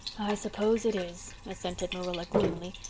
i suppose it is, assented marilla gloomily.